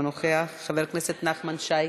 אינו נוכח, חבר הכנסת נחמן שי,